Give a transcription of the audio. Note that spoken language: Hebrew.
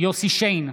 יוסף שיין,